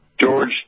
George